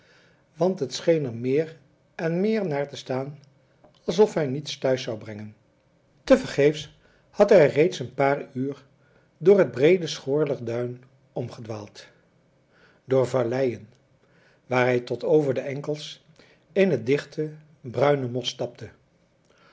want het scheen er meer en meer naar te staan alsof hij niets thuis zou brengen te vergeefs had hij reeds een paar uur door het breede schoorler duin omgedwaald door valleien waar hij tot over de enkels in het dichte bruine mos stapte